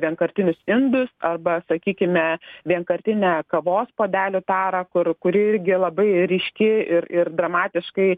vienkartinius indus arba sakykime vienkartinę kavos puodelių tarą kur kuri irgi labai ryški ir ir dramatiškai